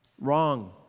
Wrong